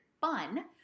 fun